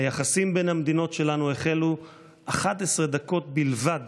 היחסים בין המדינות שלנו החלו 11 דקות בלבד